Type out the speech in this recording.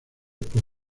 por